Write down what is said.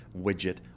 widget